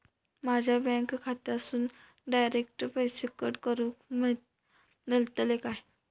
माझ्या बँक खात्यासून डायरेक्ट पैसे कट करूक मेलतले काय?